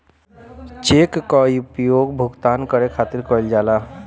check कअ उपयोग भुगतान करे खातिर कईल जाला